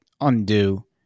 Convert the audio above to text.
undo